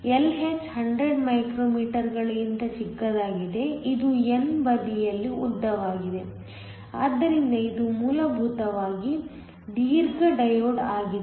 Lh 100 ಮೈಕ್ರೋ ಮೀಟರ್ಗಳಿಗಿಂತ ಚಿಕ್ಕದಾಗಿದೆ ಇದು n ಬದಿಯ ಉದ್ದವಾಗಿದೆ ಆದ್ದರಿಂದ ಇದು ಮೂಲಭೂತವಾಗಿ ದೀರ್ಘ ಡಯೋಡ್ಆಗಿದೆ